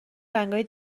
رنگای